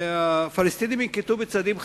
שהפלסטינים ינקטו צעדים חד-צדדיים,